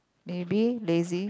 maybe lazy